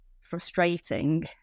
frustrating